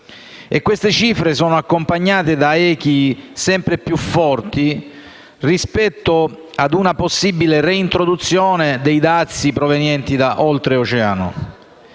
queste cifre sono accompagnate da echi sempre più forti rispetto a una possibile reintroduzione dei dazi provenienti da Oltreoceano.